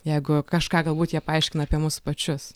jeigu kažką galbūt jie paaiškina apie mus pačius